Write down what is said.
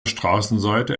straßenseite